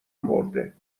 مرده